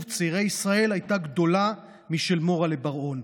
צעירי ישראל הייתה גדולה משל מורל'ה בר-און.